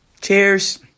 Cheers